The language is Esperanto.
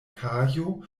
kajo